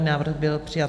Návrh byl přijat.